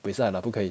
buay sai lah 不可以